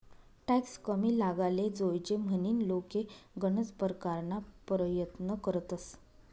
tax कमी लागाले जोयजे म्हनीन लोके गनज परकारना परयत्न करतंस